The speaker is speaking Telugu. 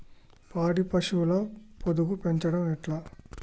పాడి పశువుల పొదుగు పెంచడం ఎట్లా?